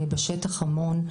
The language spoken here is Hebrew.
אני המון בשטח.